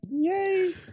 Yay